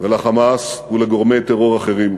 ול"חמאס" ולגורמי טרור אחרים.